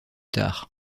tard